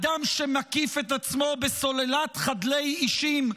אדם שמקיף את עצמו בסוללת חדלי אישים,